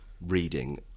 reading